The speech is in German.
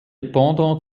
pendant